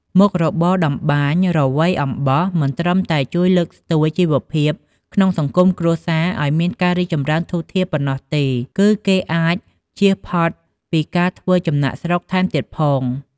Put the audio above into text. មុខរបរតម្បាញរវៃអំបោះមិនត្រឹមតែជួយលើកស្ទួយជីវភាពក្នុងសង្គមគ្រួសារឱ្យមានការរីកចំរើនធូរធារប៉ុណ្ណោះទេ គឺគេអាចចៀសផុតពីការធ្វើចំណាកស្រុកថែមទៀតផង។